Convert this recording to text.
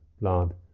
blood